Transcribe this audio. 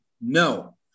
No